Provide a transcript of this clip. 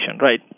Right